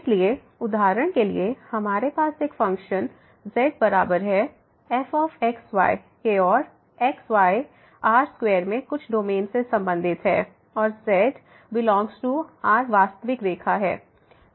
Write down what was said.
इसलिए उदाहरण के लिए हमारे पास एक फ़ंक्शन z बराबर है fx y के और x y R स्क्वायर में कुछ डोमेन से संबंधित है और z∈R वास्तविक रेखा है